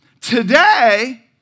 Today